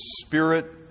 Spirit